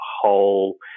whole